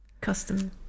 custom